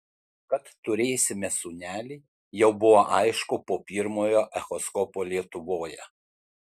kad turėsime sūnelį jau buvo aišku po pirmojo echoskopo lietuvoje